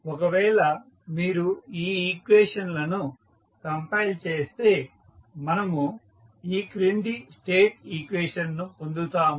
ఒకవేళ మీరు ఈ ఈక్వేషన్ లను కంపైల్ చేస్తే మనము ఈ క్రింది స్టేట్ ఈక్వేషన్ ను పొందుతాము